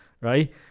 right